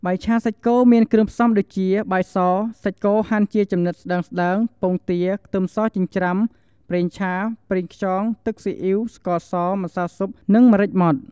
បាយឆាសាច់គោមានគ្រឿងផ្សំដូចជា បាយស សាច់គោហាន់ជាចំណិតស្តើងៗ ពងទា ខ្ទឹមសចិញ្ច្រាំ ប្រេងឆា ប្រេងខ្យង ទឹកស៊ីអ៊ីវ ស្ករស ម្សៅស៊ុប និង ម្រេចម៉ដ្ឋ។